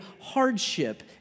hardship